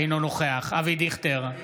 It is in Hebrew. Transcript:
אינו נוכח אבי דיכטר,